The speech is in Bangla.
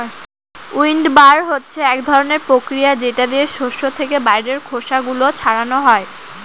উইন্ডবার হচ্ছে এক ধরনের প্রক্রিয়া যেটা দিয়ে শস্য থেকে বাইরের খোসা গুলো ছাড়ানো হয়